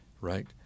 right